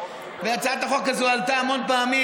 והצעת החוק הזאת עלתה המון פעמים,